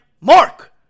Mark